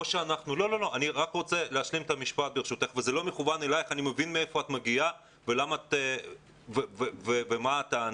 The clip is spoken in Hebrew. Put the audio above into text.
97% מן הישובים במדינת ישראל הם במקדם הכפלה מעל 1,